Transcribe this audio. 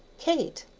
kate,